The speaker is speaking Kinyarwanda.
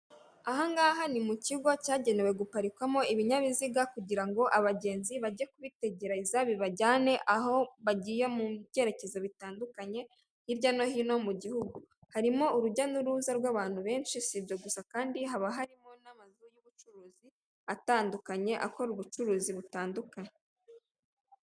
Ahangaha ni mu kigo cyagenewe guparikwamo ibinyabiziga kugirango abagenzi bajye kubitegereza bibajyane aho bagiye mu byerekezo bitandukanye hirya no hino mu gihugu, harimo urujya n'uruza rw'abantu benshi, si ibyo gusa kandi haba harimo n'amazu y'ubucuruzi atandukanye akora ubucuruzi butandukanye.